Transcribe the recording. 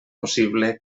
possible